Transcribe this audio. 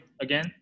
again